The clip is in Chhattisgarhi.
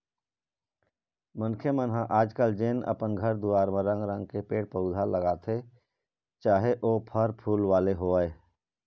मनखे मन ह आज कल जेन अपन घर दुवार म रंग रंग के जेन पेड़ पउधा लगाथे चाहे ओ फर फूल वाले होवय